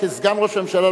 כסגן ראש הממשלה,